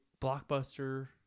Blockbuster